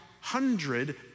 hundred